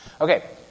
Okay